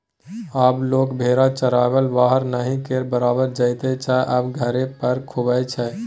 आब लोक भेरा चराबैलेल बाहर नहि केर बराबर जाइत छै आब घरे पर खुआबै छै